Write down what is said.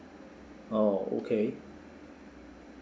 oh okay